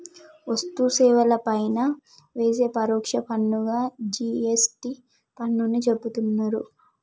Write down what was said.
వస్తు సేవల పైన వేసే పరోక్ష పన్నుగా జి.ఎస్.టి పన్నుని చెబుతున్నరు